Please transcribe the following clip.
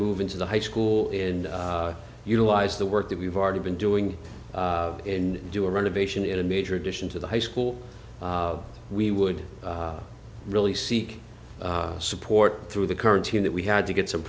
move into the high school and utilize the work that we've already been doing and do a renovation in a major addition to the high school we would really seek support through the current team that we had to get some